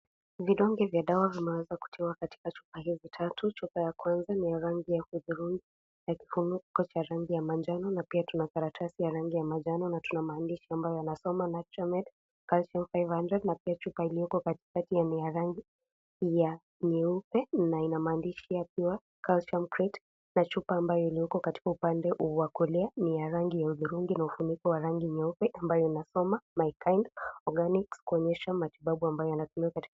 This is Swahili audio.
Vidonge vya dawa vimeweza kutiwa katika chupa hizi tatu, chupa ya kwanza ni ya rangi ya udhurungi na kifuniko cha rangi ya manjano na pia tuna karatasi ya rangi ya manjano na tuna maandishi ambayo yanasoma nature made calcium 500 na pia chupa iliokatikati ya rangi ya nyeupe na inamaandishi ya pure calcium citrate na chupa ambayo ilioko katika upande wa kulia ni ya rangi ya udhurungi na ufuniko wa rangi nyeupe ambao unasoma mykind orgarnics na kuonyesha matibabu ambayo yanatumika katika.